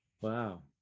Wow